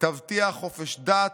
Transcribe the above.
תבטיח חופש דת,